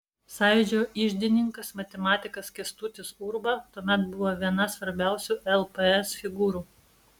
sąjūdžio iždininkas matematikas kęstutis urba tuomet buvo viena svarbesnių lps figūrų